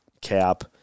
cap